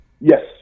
Yes